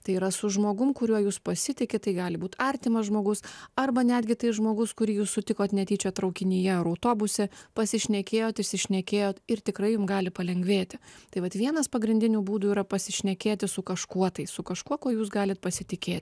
tai yra su žmogum kuriuo jūs pasitikite gali būt artimas žmogus arba netgi tai žmogus kurį jūs sutikot netyčia traukinyje autobuse pasišnekėjot įsišnekėjot ir tikrai jum gali palengvėti tai vat vienas pagrindinių būdų yra pasišnekėti su kažkuo tai su kažkuo kuo jūs galite pasitikėti